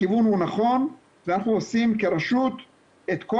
הכיוון הוא נכון ואנחנו עושים כרשות את כל